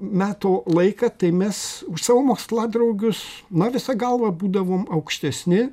meto laiką tai mes už savo moksladraugius na visa galva būdavom aukštesni